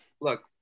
look